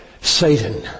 Satan